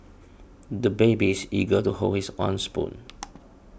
the baby is eager to hold his own spoon